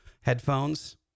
headphones